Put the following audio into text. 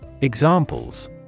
Examples